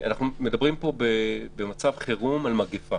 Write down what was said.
אנחנו מדברים פה על מצב חירום ממגפה